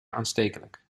aanstekelijk